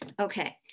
Okay